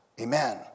Amen